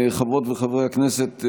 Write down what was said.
חברות וחברי הכנסת,